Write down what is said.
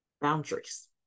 boundaries